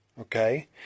Okay